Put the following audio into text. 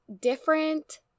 different